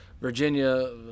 Virginia